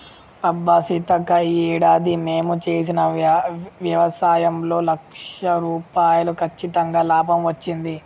అబ్బా సీతక్క ఈ ఏడాది మేము చేసిన వ్యవసాయంలో లక్ష రూపాయలు కచ్చితంగా లాభం వచ్చింది